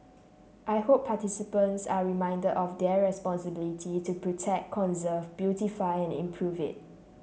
I hope participants are reminded of their responsibility to protect conserve beautify and improve it